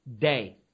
day